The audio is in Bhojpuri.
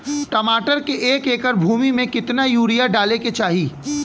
टमाटर के एक एकड़ भूमि मे कितना यूरिया डाले के चाही?